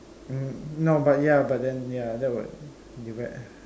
mm no but ya but then ya that would divide uh